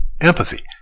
Empathy